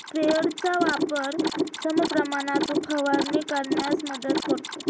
स्प्रेयरचा वापर समप्रमाणात फवारणी करण्यास मदत करतो